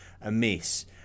amiss